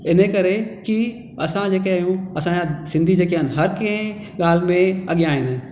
इन जे करे की असां जेके आहियूं असांजा सिंधी जेके आहिनि हर कंहिं ॻाल्हि में अॻियां आहिनि